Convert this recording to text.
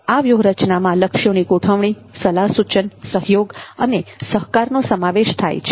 આ વ્યૂહરચનામાં લક્ષ્યોની ગોઠવણી સલાહ સૂચન સહયોગ અને સહકારનો સમાવેશ થાય છે